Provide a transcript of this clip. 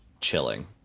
chilling